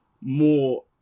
more